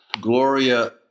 gloria